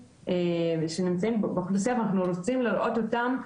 שנמצאים באוכלוסייה ואנחנו רוצים לראות אותם,